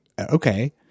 okay